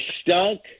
stunk